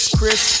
Chris